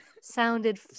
sounded